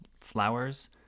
flowers